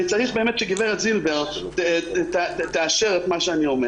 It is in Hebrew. צריך שגברת זילבר תאשר את מה שאני אומר